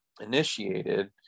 initiated